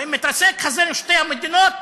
ואם מתרסק חזון שתי המדינות,